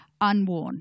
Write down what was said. unworn